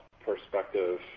perspective